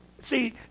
see